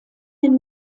den